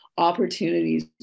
opportunities